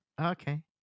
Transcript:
Okay